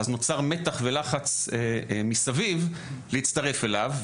אז נוצר מתח ולחץ מסביב להצטרף אליו,